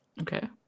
okay